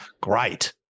great